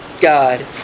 God